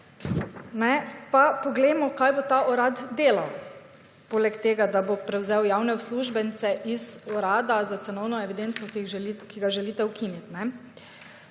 pa poglejmo, kaj bo ta urad delal, poleg tega, da bo prevzel javne uslužbence z Urada za cenovno evidenco, ki ga želite ukiniti: